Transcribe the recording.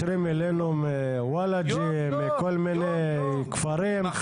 מתקשרים אלינו מ-וולג'ה, מכל מיני כפרים.